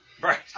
Right